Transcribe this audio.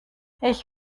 ich